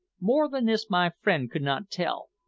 more than this my friend could not tell,